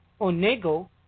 onego